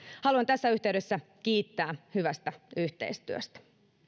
haluan tässä yhteydessä kiittää hyvästä yhteistyöstä